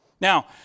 Now